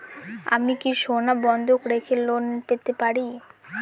আমি কি সোনা বন্ধক রেখে লোন পেতে পারি?